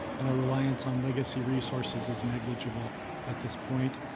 and our reliance on legacy resources is negligible at this point.